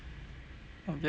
I guess